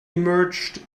emerged